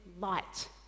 light